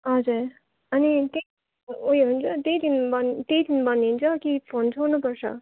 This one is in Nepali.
हजर अनि त्यही उयो हुन्छ त्यही दिन बन त्यही दिन बनिन्छ कि फोन छोड्नु पर्छ